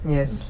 Yes